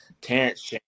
Terrence